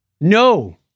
No